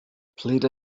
played